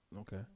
okay